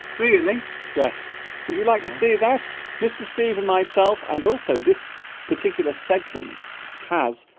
really yes would you like to see that mr. steve and myself and also this particular segment has